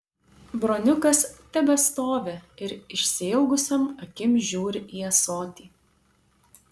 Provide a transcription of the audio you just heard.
broniukas tebestovi ir išsiilgusiom akim žiūri į ąsotį